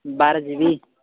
बारह G B